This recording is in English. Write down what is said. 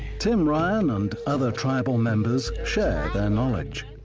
tim ryan and other tribal members share their knowledge.